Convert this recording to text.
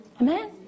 Amen